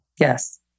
Yes